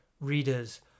readers